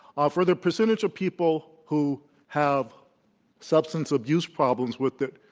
ah for the percentage of people who have substance abuse problems with it,